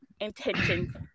intentions